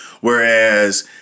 whereas